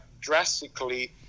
drastically